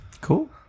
Cool